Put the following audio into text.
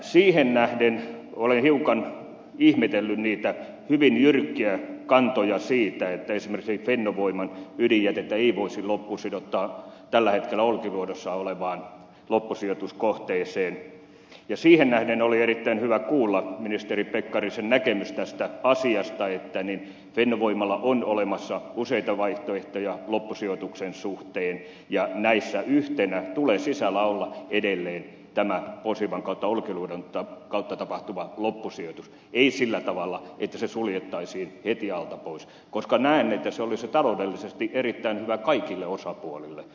siihen nähden olen hiukan ihmetellyt niitä hyvin jyrkkiä kantoja siitä että esimerkiksi fennovoiman ydinjätettä ei voisi loppusijoittaa tällä hetkellä olkiluodossa olevaan loppusijoituskohteeseen ja siihen nähden oli erittäin hyvä kuulla ministeri pekkarisen näkemys tästä asiasta että fennovoimalla on olemassa useita vaihtoehtoja loppusijoituksen suhteen ja näissä yhtenä tulee sisällä olla edelleen tämän posivan ja olkiluodon kautta tapahtuvan loppusijoituksen ei sillä tavalla että se suljettaisiin heti alta pois koska näen että se olisi taloudellisesti erittäin hyvä kaikille osapuolille